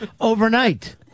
overnight